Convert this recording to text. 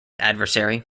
adversary